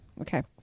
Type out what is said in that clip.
Okay